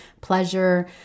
pleasure